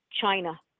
China